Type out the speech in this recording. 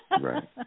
Right